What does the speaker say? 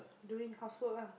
doing housework lah